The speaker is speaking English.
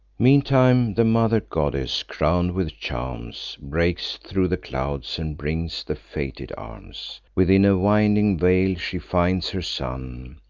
meantime the mother goddess, crown'd with charms, breaks thro' the clouds, and brings the fated arms. within a winding vale she finds her son,